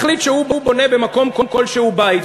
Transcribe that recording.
מחליט שהוא בונה במקום כלשהו בית,